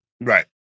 Right